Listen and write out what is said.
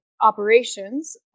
operations